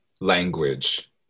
language